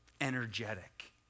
energetic